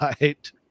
right